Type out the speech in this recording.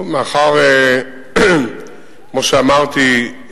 כמו שאמרתי,